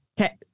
Okay